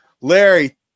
Larry